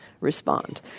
respond